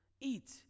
Eat